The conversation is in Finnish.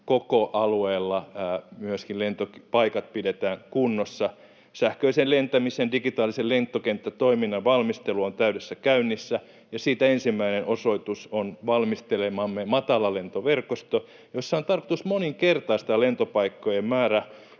Suomen alueella lentopaikat pidetään kunnossa. Sähköisen lentämisen, digitaalisen lentokenttätoiminnan valmistelu on täydessä käynnissä, ja siitä ensimmäinen osoitus on valmistelemamme matalalentoverkosto, jossa on tarkoitus moninkertaistaa lentopaikkojen määrä